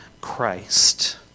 Christ